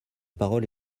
parole